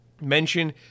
mention